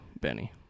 Benny